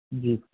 ਜੀ